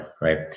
right